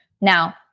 Now